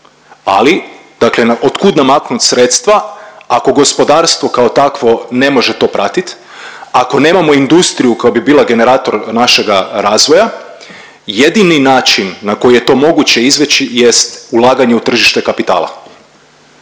ali dakle od kud namaknut sredstva ako gospodarstvo kao takvo ne može to pratit, ako nemamo industriju koja bi bila generator našega razvoja. Jedini način na koji je to moguće izbjeći jest ulaganje u tržište kapitala.